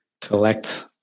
collect